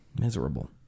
Miserable